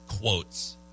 quotes